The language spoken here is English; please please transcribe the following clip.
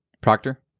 Proctor